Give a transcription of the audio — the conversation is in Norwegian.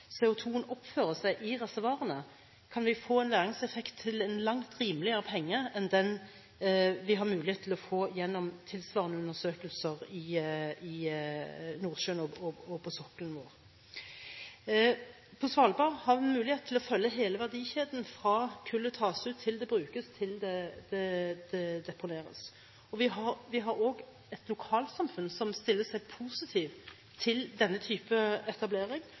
CO2 oppfører seg i reservoarene, kan vi få til en langt rimeligere penge enn det vi har mulighet til gjennom tilsvarende undersøkelser i Nordsjøen og på sokkelen vår. På Svalbard har vi en mulighet til å følge hele verdikjeden, fra kullet tas ut, til det brukes og til det deponeres. Vi har et lokalsamfunn som stiller seg positivt til denne typen etablering,